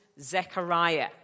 Zechariah